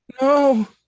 No